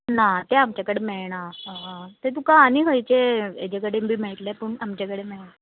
ना ते आमचे कडेन मेळना ते तुका आनी खंयचे हेजे कडेन बी मेळटले पूण आमचे कडेन मेळना